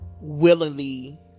willingly